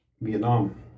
Vietnam